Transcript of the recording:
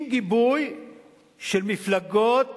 עם גיבוי של מפלגות